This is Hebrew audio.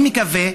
אני מקווה,